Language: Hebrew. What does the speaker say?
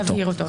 זה מבהיר אותו.